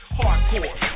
hardcore